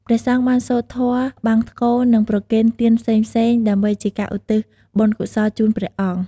ព្រះសង្ឃបានសូត្រធម៌បង្សុកូល និងប្រគេនទានផ្សេងៗ ដើម្បីជាការឧទ្ទិសបុណ្យកុសលជូនព្រះអង្គ។